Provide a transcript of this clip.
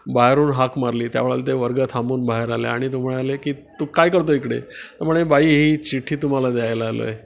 बाहेरून हाक मारली त्या वेळेला ते वर्ग थांबून बाहेर आले आणि तू म्हणाले की तू काय करतो इकडे तर म्हणे बाई ही चिठ्ठी तुम्हाला द्यायला आलो आहे